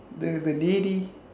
the the lady